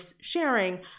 sharing